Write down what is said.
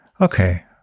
Okay